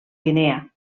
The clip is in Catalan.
guinea